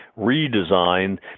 redesign